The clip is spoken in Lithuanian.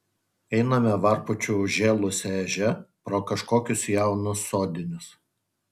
einame varpučiu užžėlusia ežia pro kažkokius jaunus sodinius